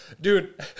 dude